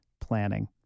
planning